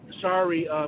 sorry